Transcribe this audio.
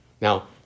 Now